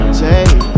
take